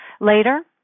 Later